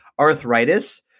arthritis